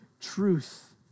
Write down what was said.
truth